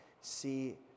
see